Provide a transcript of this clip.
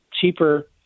cheaper